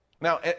Now